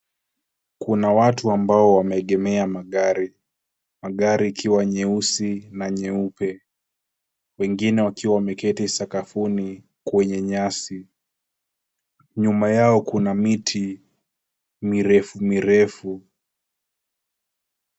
Kuna watu ambao wameegemea magari. Magari ikiwa nyeusi na nyeupe, wengine wakiwa wameketi sakafuni kwenye nyasi. Nyuma yao kuna miti mirefi mirefu.